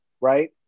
right